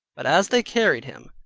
but as they carried him,